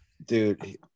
Dude